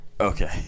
Okay